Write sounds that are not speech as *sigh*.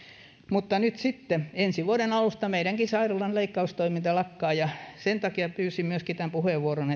mutta nyt sitten ensi vuoden alusta meidänkin sairaalamme leikkaustoiminta lakkaa sen takia pyysin myöskin tämän puheenvuoron *unintelligible*